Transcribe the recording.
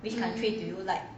um